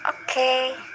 Okay